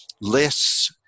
less